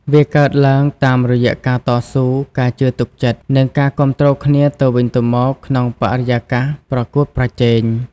វាកើតឡើងតាមរយៈការតស៊ូ ការជឿទុកចិត្ត និងការគាំទ្រគ្នាទៅវិញទៅមកក្នុងបរិយាកាសប្រកួតប្រជែង។